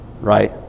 right